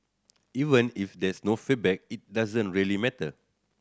even if there's no feedback it doesn't really matter